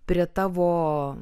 prie tavo